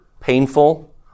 painful